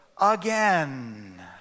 again